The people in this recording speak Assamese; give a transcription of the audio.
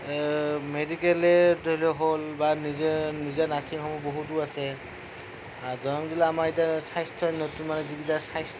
মেডিকেলেই ধৰি লওক হ'ল বা নিজে নিজা নাৰ্ছিংহোম বহুতো আছে আৰু দৰং জিলাত আমাৰ এতিয়া স্বাস্থ্যত নতুন মানে যিগিটা স্বাস্থ্য